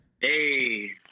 Hey